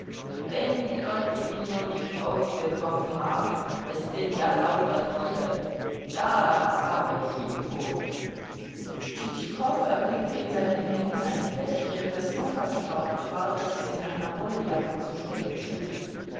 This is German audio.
wenn die leute ihn nur nicht ausgesoffen haben es sind ja lauter diebe da habe ich ihn schon tschitschikow erblickte in seinen händen ein fläschchen das so verstaubt war daß es in einer wolljacke zu stecken schien